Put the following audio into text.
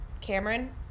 Cameron